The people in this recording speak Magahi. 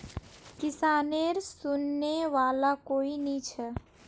किसानेर सुनने वाला कोई नी छ